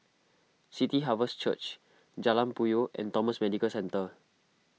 City Harvest Church Jalan Puyoh and Thomson Medical Centre